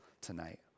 tonight